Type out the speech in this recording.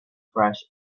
fresh